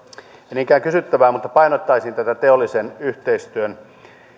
ei ole niinkään kysyttävää mutta painottaisin tätä teollisen yhteistyön